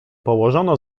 położono